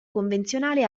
convenzionale